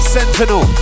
Sentinel